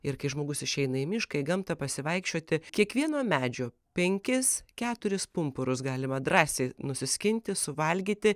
ir kai žmogus išeina į mišką į gamtą pasivaikščioti kiekvieno medžio penkis keturis pumpurus galima drąsiai nusiskinti suvalgyti